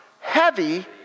Heavy